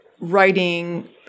writing